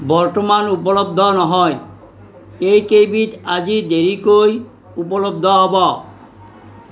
বৰ্তমান উপলদ্ধ নহয় এইকেইবিধ দেৰিকৈ উপলদ্ধ হ'ব